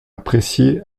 apprécié